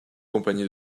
compagnies